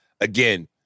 again